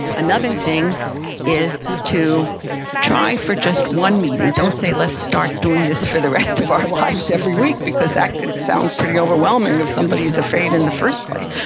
another thing is to try for just one meeting. don't say, let's start doing this for the rest of our lives every week, because that could sound pretty overwhelming, if somebody's afraid in the first place.